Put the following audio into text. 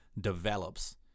develops